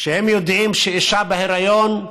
כשהם יודעים שאישה בהיריון,